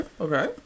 okay